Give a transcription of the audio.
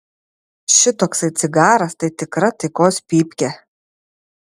šitoksai cigaras tai tikra taikos pypkė